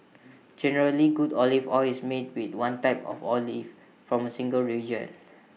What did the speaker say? generally good olive oil is made with one type of olive from A single region